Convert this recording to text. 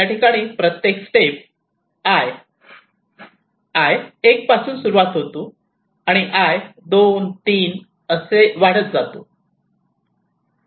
याठिकाणी प्रत्येक step 'i' 'i' 1 पासून सुरुवात होते आणि 'i' 2 3 असे वाढत जाते